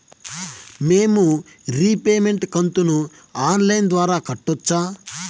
మేము రీపేమెంట్ కంతును online ద్వారా కట్టొచ్చా